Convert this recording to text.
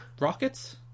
rockets